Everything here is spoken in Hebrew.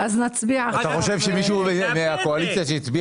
אתה חושב שמישהו מהקואליציה שהצביע